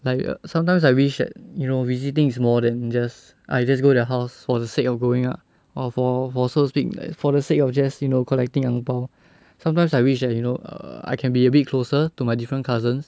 like sometimes I wish that you know visiting is more than just I just go their house for the sake of going ah or for for so to speak for the sake of just you know collecting ang pao sometimes I wish that you know err I can be a bit closer to my different cousins